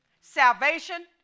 salvation